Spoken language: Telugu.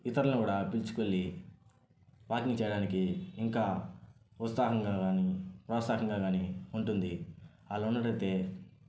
ఇతరులని కూడా పిలుచుకెల్లి వాకింగ్ చేయడానికి ఇంకా ఉత్సాహంగా కానీ ప్రోత్సాహంగా కానీ ఉంటుంది అలా ఉన్నట్టయితే